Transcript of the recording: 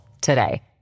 today